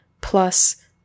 plus